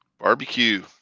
barbecue